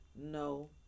No